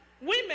women